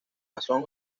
mason